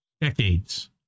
decades